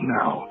now